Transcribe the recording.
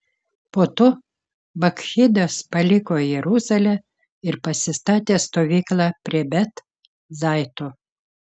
po to bakchidas paliko jeruzalę ir pasistatė stovyklą prie bet zaito